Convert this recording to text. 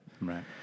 Right